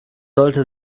sollte